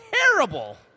terrible